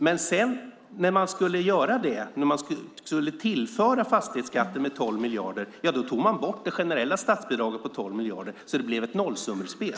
Men när man skulle göra det och tillföra 12 miljarder tog man bort det generella statsbidraget med 12 miljarder, så det blev ett nollsummespel.